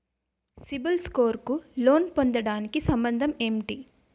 CIBIL score కు loan పొందటానికి సంబంధం ఏంటి?